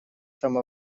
там